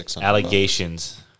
allegations